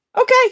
Okay